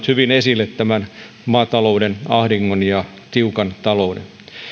hyvin esille tämän maatalouden ahdingon ja tiukan talouden